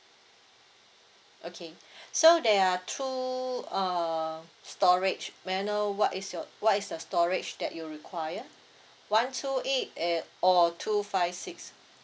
okay so there are two uh storage may I know what is your what is the storage that you require one two eight at or two five six